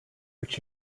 which